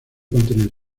contener